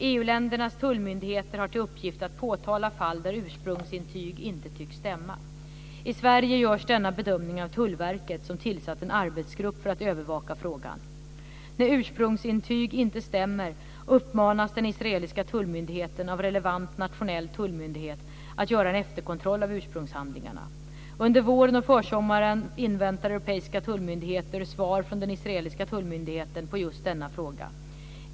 EU ländernas tullmyndigheter har till uppgift att påtala fall där ursprungsintyg inte tycks stämma. I Sverige görs denna bedömning av Tullverket, som tillsatt en arbetsgrupp för att övervaka frågan. När ursprungsintyg inte stämmer uppmanas den israeliska tullmyndigheten av relevant nationell tullmyndighet att göra en efterkontroll av ursprungshandlingarna. Under våren och försommaren inväntar europeiska tullmyndigheter svar från den israeliska tullmyndigheten på just denna fråga.